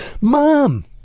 Mom